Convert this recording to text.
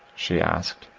she asked,